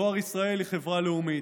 דואר ישראל הוא חברה לאומית,